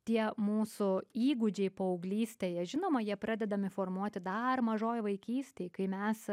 tie mūsų įgūdžiai paauglystėje žinoma jie pradedami formuoti dar mažoj vaikystėj kai mes